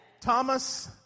Thomas